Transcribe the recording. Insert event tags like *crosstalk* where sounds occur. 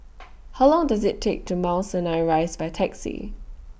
*noise* How Long Does IT Take to Mount Sinai Rise By Taxi